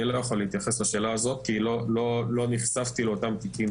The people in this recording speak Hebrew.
אני לא יכול להתייחס לשאלה הזאת כי לא נחשפתי לאותם תיקים